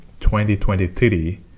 2023